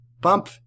Bump